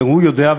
הוא יודע,